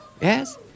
Yes